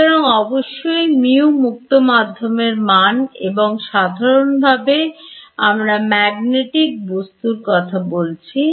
সুতরাং অবশ্যই মিউ μ মুক্ত মাধ্যমের মান এবং সাধারণভাবে আমরা ম্যাগনেটিক বস্তুর কথা বলছি